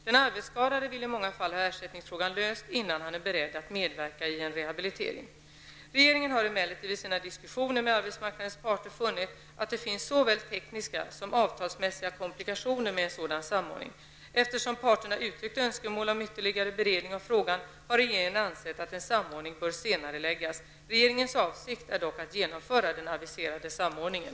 Den arbetsskadade vill i många fall ha ersättningsfrågan löst innan han är beredd att medverka i en rehabilitering. Regeringen har emellertid vid sina diskussioner med arbetsmarknadens parter funnit att det finns såväl tekniska som avtalsmässiga komplikationer med en sådan samordning. Eftersom parterna uttryckt önskemål om ytterligare beredning av frågan har regeringen ansett att en samordning bör senareläggas. Regeringens avsikt är dock att genomföra den aviserade samordningen.